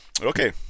Okay